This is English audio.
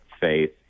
faith